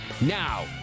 Now